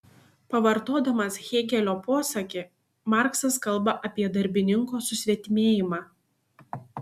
pavartodamas hėgelio posakį marksas kalba apie darbininko susvetimėjimą